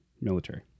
military